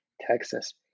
Texas